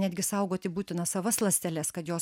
netgi saugoti būtina savas ląsteles kad jos